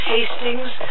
Hastings